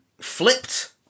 Flipped